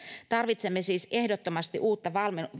tarvitsemme siis ehdottomasti uutta